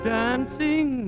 dancing